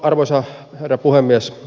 arvoisa herra puhemies